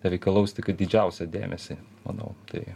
reikalaus tokį didžiausią dėmesį manau tai